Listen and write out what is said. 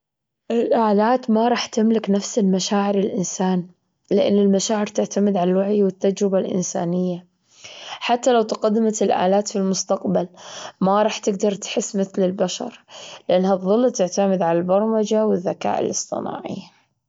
الآلات ما راح تملك نفس المشاعر الإنسان لأن المشاعر تعتمد على الوعي والتجربة الإنسانية. حتى لو تقدمت الآلات في المستقبل ما راح تقدر تحس مثل البشر لأنها تظل تعتمد على البرمجة والذكاء الاصطناعي.